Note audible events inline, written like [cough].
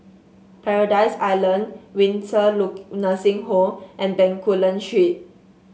Paradise Island Windsor [unintelligible] Nursing Home and Bencoolen Street